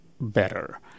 better